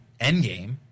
endgame